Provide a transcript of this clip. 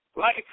life